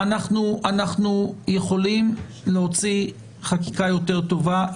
אנחנו יכולים להוציא חקיקה יותר טובה.